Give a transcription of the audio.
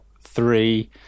three